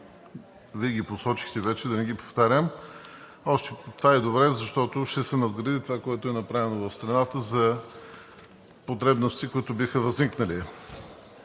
Вие ги посочихте вече, да не ги повтарям. Това е добре, защото ще се надгради това, което е направено в страната за потребности, които биха възникнали.